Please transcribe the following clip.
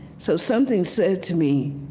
so something said to me,